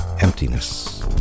emptiness